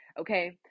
Okay